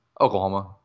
Oklahoma